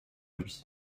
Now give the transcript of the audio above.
lui